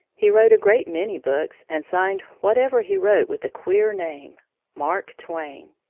he wrote a great many books and signed whatever he wrote with a queer name mark twain.